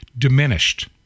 diminished